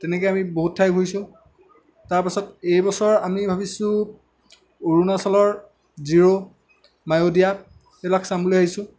তেনেকে আমি বহুত ঠাই গৈছোঁ তাৰপাছত এইবছৰ আমি ভাবিছোঁ অৰুণাচলৰ জিৰ' মায়'দিয়া এইবিলাক চাম বুলি ভাবিছোঁ